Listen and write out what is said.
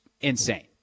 insane